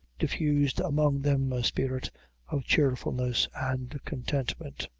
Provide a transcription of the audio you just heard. diffused among them a spirit of cheerfulness and contentment.